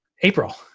April